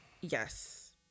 yes